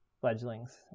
fledglings